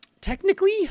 technically